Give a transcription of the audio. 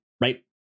right